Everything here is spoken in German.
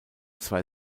zwei